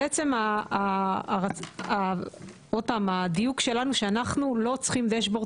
זה עצם עוד פעם הדיוק שלנו שאנחנו לא צריכים דשבורד